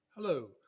Hello